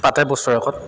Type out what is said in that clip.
পাতে বছৰেকত